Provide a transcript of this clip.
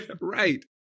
Right